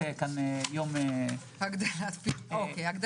בשלנו --- אין כאן ביקורת על רבקה.